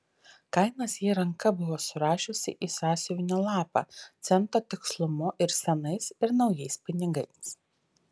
kainas ji ranka buvo surašiusi į sąsiuvinio lapą cento tikslumu ir senais ir naujais pinigais